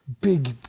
Big